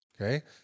Okay